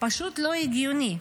פשוט לא הגיוני.